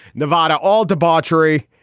nevada. all debauchery,